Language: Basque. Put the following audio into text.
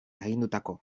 agindutako